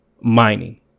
mining